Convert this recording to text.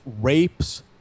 rapes